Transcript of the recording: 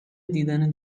دیدن